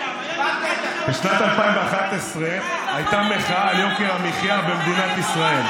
בשנת 2011 הייתה מחאה על יוקר המחיה במדינת ישראל.